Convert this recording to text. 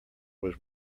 was